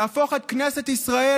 להפוך את כנסת ישראל,